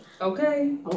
okay